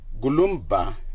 Gulumba